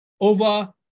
over